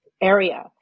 area